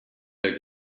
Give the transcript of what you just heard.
der